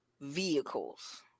vehicles